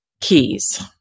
keys